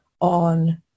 on